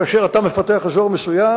כאשר אתה מפתח אזור מסוים,